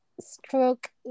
stroke